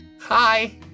hi